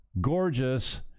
gorgeous